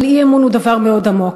אבל אי-אמון הוא דבר מאוד עמוק.